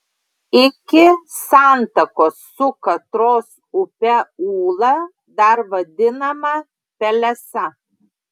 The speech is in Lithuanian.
iki santakos su katros upe ūla dar vadinama pelesa